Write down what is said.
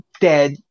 dead